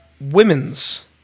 women's